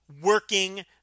working